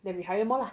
then we hire more lah